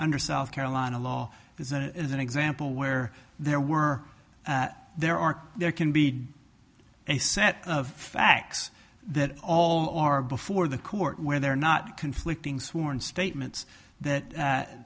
under south carolina law is it is an example where there were there are there can be a set of facts that all are before the court where they're not conflicting sworn statements that a